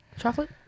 chocolate